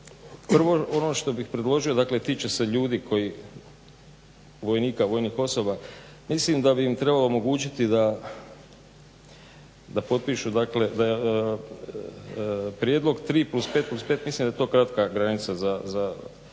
Prvo ono što bih predložio dakle tiče se ljudi vojnika, vojnih osoba. Mislim da bi im trebalo omogućiti da potpišu dakle prijedlog 3+5+5 mislim da je to kratka granica za